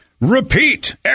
repeat